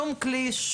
שום כלי,